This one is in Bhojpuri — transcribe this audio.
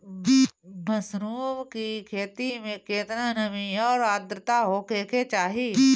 मशरूम की खेती में केतना नमी और आद्रता होखे के चाही?